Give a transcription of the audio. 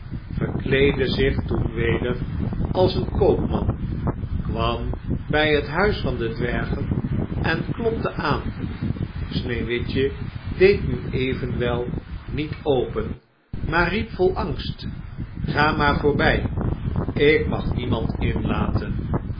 verkleedde zich toen weder als een koopman kwam bij het huis van de dwergen en klopte aan sneeuwwitje deed nu evenwel niet open maar riep vol angst ga maar voorbij ik mag niemand inlaten